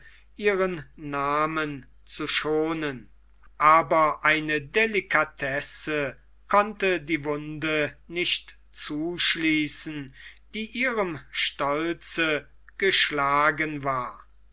ihren namen zu schonen aber eine delikatesse konnte die wunde nicht zuschließen die ihrem stolze geschlagen war